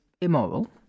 immoral